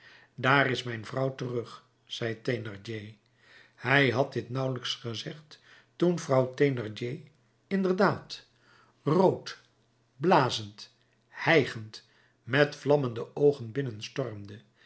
daar is mijn vrouw terug zei thénardier hij had dit nauwelijks gezegd toen vrouw thénardier inderdaad rood blazend hijgend met vlammende oogen